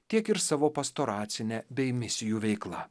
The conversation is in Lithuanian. tiek ir savo pastoracine bei misijų veikla